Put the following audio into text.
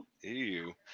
Ew